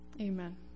Amen